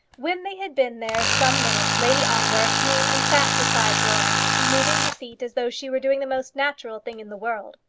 when they had been there some minutes lady ongar came and sat beside florence, moving her seat as though she were doing the most natural thing in the world.